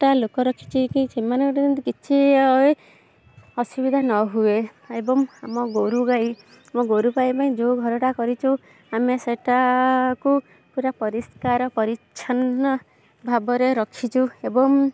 ଲୋକ ରଖିଛି କି ସେମାନେ ଗୋଟେ ଯେମିତି କିଛି ଅସୁବିଧା ନ ହୁଏ ଏବଂ ଆମ ଗୋରୁ ଗାଈ ଆମ ଗୋରୁ ଗାଈ ପାଇଁ ଯେଉଁ ଘରଟା କରିଛୁ ଆମେ ସେଇଟା କୁ ପୁରା ପରିଷ୍କାର ପରିଚ୍ଛନ୍ନ ଭାବରେ ରଖିଛୁ ଏବଂ